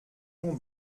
mont